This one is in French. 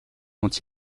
dont